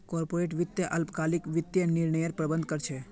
corporate वित्त अल्पकालिक वित्तीय निर्णयर प्रबंधन कर छे